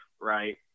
right